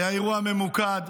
היה אירוע ממוקד,